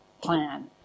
plan